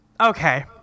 Okay